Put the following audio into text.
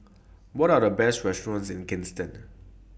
What Are The Best restaurants in Kingston